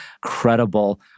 credible